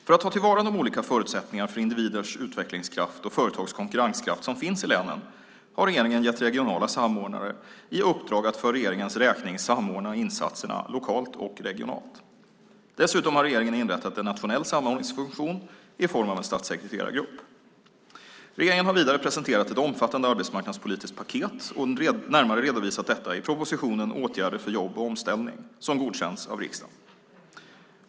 För att ta till vara de olika förutsättningar för individers utvecklingskraft och företags konkurrenskraft som finns i länen har regeringen gett regionala samordnare i uppdrag att för regeringens räkning samordna insatserna lokalt och regionalt. Dessutom har regeringen inrättat en nationell samordningsfunktion i form av en statssekreterargrupp. Regeringen har vidare presenterat ett omfattande arbetsmarknadspolitiskt paket och närmare redovisat detta i propositionen Åtgärder för jobb och omställning som godkänts av riksdagen.